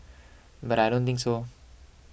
but I don't think so